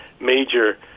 major